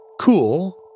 cool